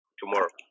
tomorrow